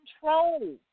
control